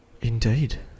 Indeed